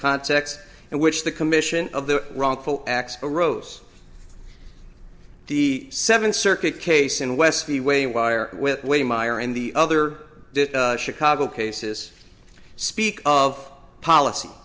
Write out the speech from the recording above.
context in which the commission of the wrongful acts arose the seven circuit case in west the way wire with way meyer and the other chicago cases speak of policy